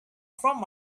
from